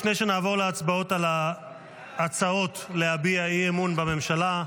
לפני שנעבור להצבעות על ההצעות להביע אי-אמון בממשלה,